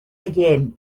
again